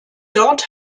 dort